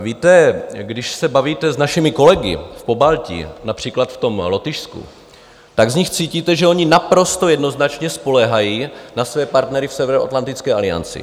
Víte, když se bavíte s našimi kolegy v Pobaltí, například v Lotyšsku, tak z nich cítíte, že oni naprosto jednoznačně spoléhají na své partnery v Severoatlantické alianci.